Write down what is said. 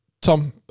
Tom